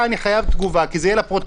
אני חייב תגובה, כי זה יהיה לפרוטוקול.